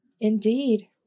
Indeed